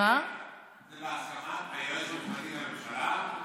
זה בהסכמת היועץ המשפטי לממשלה?